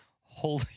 holy